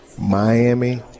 Miami